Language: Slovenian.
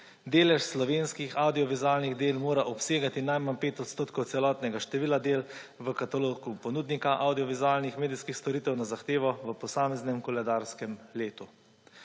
Delež slovenskih avdiovizualnih del mora obsegati najmanj 5 % celotnega števila del v katalogu ponudnika avdiovizualnih medijskih storitev na zahtevo v posameznem koledarskem letu.